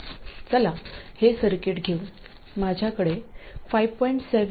चला हे सर्किट घेऊ माझ्याकडे 5